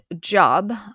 job